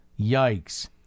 Yikes